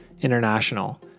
International